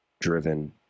driven